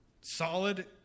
solid